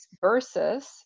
Versus